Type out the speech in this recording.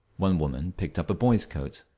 one woman picked up a boy's coat.